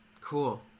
Cool